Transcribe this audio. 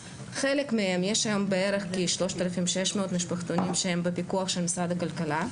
יש היום בערך כ-3,600 משפחתונים שהם בפיקוח של משרד הכלכלה,